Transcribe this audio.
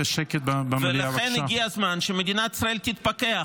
לכן הגיע הזמן שמדינת ישראל תתפכח.